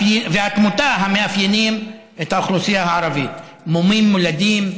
והתמותה המאפיינים את האוכלוסייה הערבית: מומים מולדים,